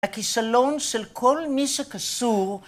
‫הכישלון של כל מי שקשור...